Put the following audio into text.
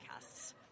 podcasts